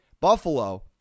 Buffalo